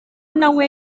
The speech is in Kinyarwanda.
nawe